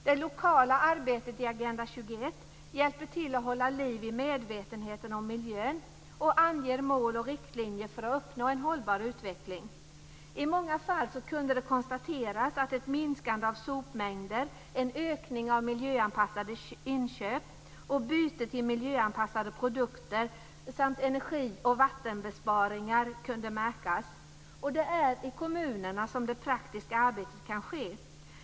Det lokala arbetet i Agenda 21 hjälper till att hålla liv i medvetenheten om miljön och anger mål och riktlinjer för att uppnå en hållbar utveckling. I många fall konstaterades att ett minskande av sopmängder, en ökning av miljöanpassade inköp och byte till miljöanpassade produkter samt energi och vattenbesparingar kunde märkas. Det är i kommunerna som det praktiska arbetet kan ske.